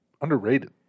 underrated